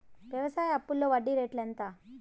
వ్యవసాయ అప్పులో వడ్డీ రేట్లు ఎంత?